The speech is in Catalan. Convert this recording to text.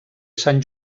sant